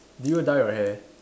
do you dye your hair